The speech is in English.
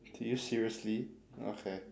did you seriously okay